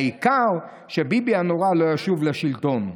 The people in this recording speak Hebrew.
העיקר שביבי הנורא לא ישוב לשלטון.